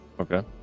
okay